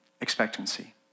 expectancy